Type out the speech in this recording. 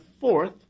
fourth